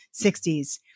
60s